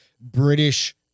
British